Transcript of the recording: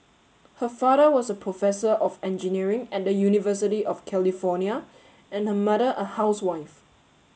her father was a professor of engineering at the University of California and her mother a housewife